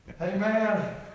amen